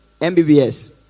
mbbs